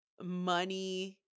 money